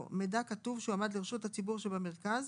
מידע כתוב שהועמד לרשות הציבור שבמרכז,